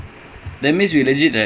then discourse is also